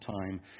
time